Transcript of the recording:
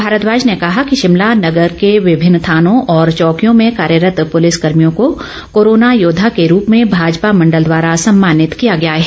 भारद्वाज ने कहा कि शिमला नगर के विभिन्न थानों और चौकियों में कार्यरत प्रलिस कर्मियों को कोरोना योद्वा के रूप में भाजपा मण्डल द्वारा सम्मानित किया गया है